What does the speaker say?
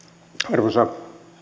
arvoisa